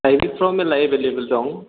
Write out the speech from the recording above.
सायरिफ्राव मेलला एभेलेबोल दं